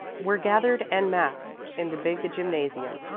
were gathered en masse in the big gymnasium.